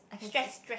stress stress